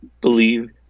believe